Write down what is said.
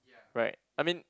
right I mean